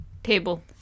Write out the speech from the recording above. table